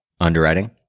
underwriting